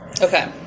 Okay